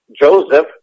Joseph